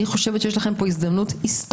אני חושבת שיש לכם פה הזדמנות היסטורית,